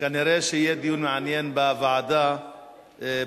כנראה שיהיה דיון מעניין בהצעת החוק בוועדה בהמשך,